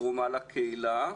תרומה לקהילה?